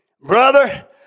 Brother